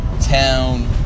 town